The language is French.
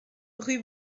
rue